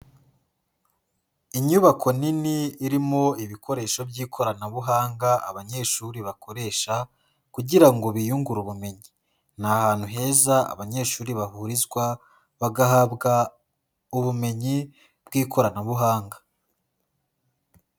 Inyubako nini irimo ibikoresho by'ikoranabuhanga abanyeshuri bakoresha kugira biyungure ubumenyi, ni ahantu heza abanyeshuri bahurizwa bagahabwa ubumenyi bwi'koranabuhanga.